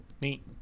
Neat